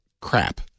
crap